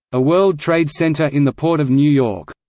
a world trade center in the port of new york,